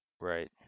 Right